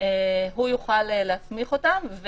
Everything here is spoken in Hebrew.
הוא יוכל להסמיך אותם,